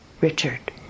Richard